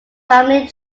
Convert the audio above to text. family